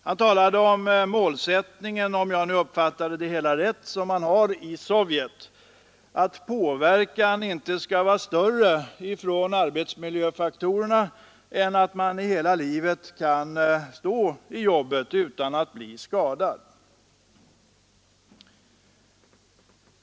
Han talade om den målsättning — om jag uppfattade det hela rätt — som man har i Sovjet, nämligen att påverkan från arbetsmiljöfaktorerna inte skall vara större än att man hela livet kan stå i jobbet utan att bli skadad.